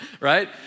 right